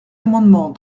amendements